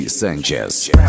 Sanchez